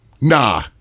Nah